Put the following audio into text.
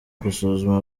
gusuzuma